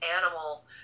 animal